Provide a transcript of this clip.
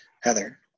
Heather